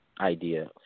idea